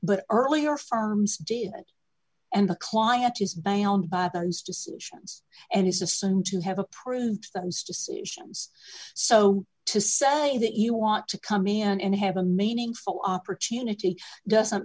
but earlier firms didn't and the client is bound by those decisions and is assumed to have approved times decisions so to say that you want to come in and have a meaningful opportunity doesn't